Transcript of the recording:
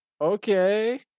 Okay